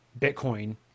Bitcoin